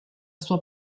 sua